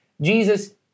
Jesus